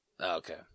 Okay